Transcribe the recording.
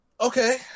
Okay